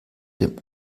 dem